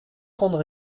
grandes